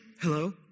hello